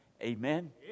Amen